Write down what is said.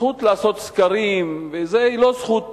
הזכות לעשות סקרים היא לא זכות